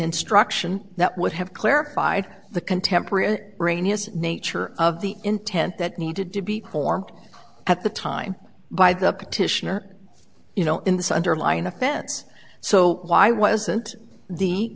instruction that would have clarified the contemporary brainiest nature of the intent that needed to be formed at the time by the petitioner you know in this underlying offense so why wasn't the